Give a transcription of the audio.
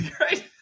right